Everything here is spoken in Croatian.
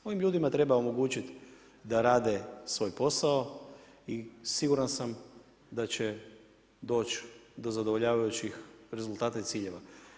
Ovim ljudima treba omogućiti da rade svoj posao i siguran sam da će doći do zadovoljavajućih rezultata i ciljeva.